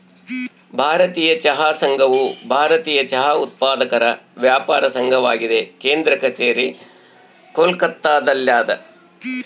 ಭಾರತೀಯ ಚಹಾ ಸಂಘವು ಭಾರತೀಯ ಚಹಾ ಉತ್ಪಾದಕರ ವ್ಯಾಪಾರ ಸಂಘವಾಗಿದೆ ಕೇಂದ್ರ ಕಛೇರಿ ಕೋಲ್ಕತ್ತಾದಲ್ಯಾದ